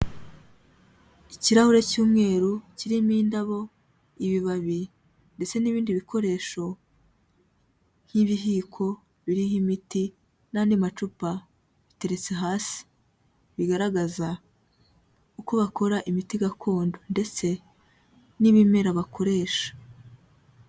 Ikirahure cy'umweru kirimo indabo, ibibabi ndetse n'ibindi bikoresho nk'ibihiko biriho imiti n'andi macupa ateretse hasi, bigaragaza uko bakora imiti gakondo ndetse n'ibimera bakoresha.